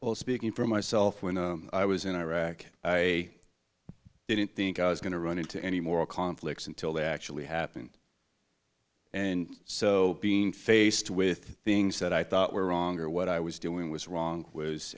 well speaking for myself when i was in iraq i didn't think i was going to run into any more conflicts until they actually happened and so being faced with things that i thought were wrong or what i was doing was wrong was